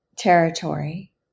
Territory